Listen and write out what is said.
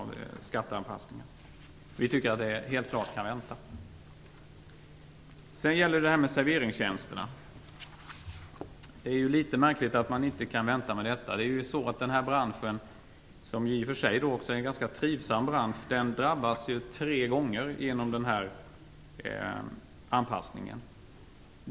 Vi tycker att vi helt klart kan vänta. Sedan till serveringstjänsterna. Det är litet märkligt att man inte kan vänta. Den här branschen, som i och för sig är ganska trivsam, drabbas tre gånger genom den här anpassningen.